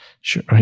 sure